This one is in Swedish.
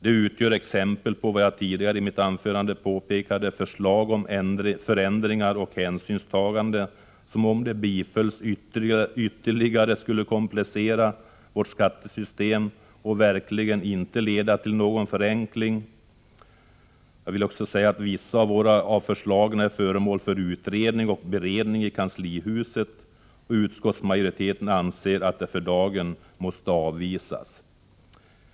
De utgör exempel på vad jag tidigare i mitt anförande pekade på — förslag om förändringar och hänsynstaganden, som om förslagen bifölls ytterligare skulle komplicera vårt skattesystem och sannerligen inte leda till någon förenkling. Jag vill också säga att vissa av förslagen är föremål för utredning och beredning i kanslihuset, och utskottsmajoriteten anser att de för dagen måste avvisas.